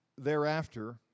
Thereafter